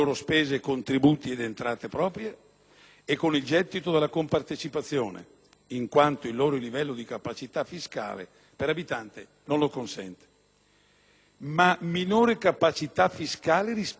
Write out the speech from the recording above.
e con il gettito della compartecipazione, in quanto il loro livello di capacità fiscale per abitante non lo consente. Ma minore capacità fiscale rispetto a chi? Alla regione più ricca?